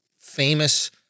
Famous